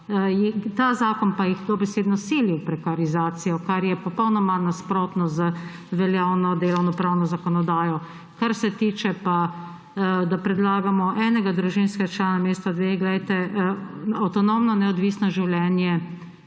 Ta zakon pa jih dobesedno sili v prekarizacijo, kar je popolnoma nasprotno z veljavno delavnopravno zakonodajo. Kar se tiče pa tega, da predlagamo enega družinskega člana namesto dveh, glejte, avtonomno neodvisno življenje